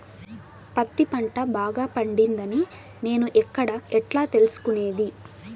పత్తి పంట బాగా పండిందని నేను ఎక్కడ, ఎట్లా తెలుసుకునేది?